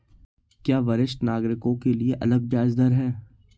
क्या वरिष्ठ नागरिकों के लिए अलग ब्याज दर है?